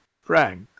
frank